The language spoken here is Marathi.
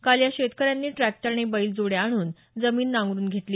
काल या शेतकऱ्यांनी ट्रॅक्टर आणि बैलजोड्या आणून जमीन नांगरुन घेतली